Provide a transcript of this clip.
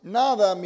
nada